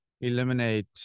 eliminate